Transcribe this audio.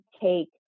take